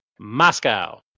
Moscow